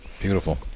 Beautiful